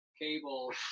cable